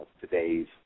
today's